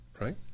right